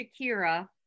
Shakira